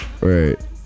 Right